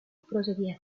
proseguía